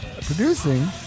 producing